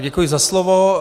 Děkuji za slovo.